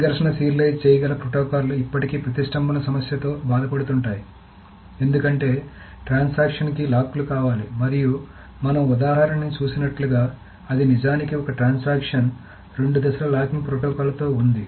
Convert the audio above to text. సంఘర్షణ సీరియలైజ్ చేయగల ప్రోటోకాల్లు ఇప్పటికీ ప్రతిష్టంభన సమస్యతో బాధపడుతుంటాయి ఎందుకంటే ట్రాన్సాక్షన్ కి లాక్ లు కావాలి మరియు మనం ఉదాహరణని చూసినట్లుగా అది నిజానికి ఒక ట్రాన్సాక్షన్ రెండు దశల లాకింగ్ ప్రోటోకాల్లో ఉంది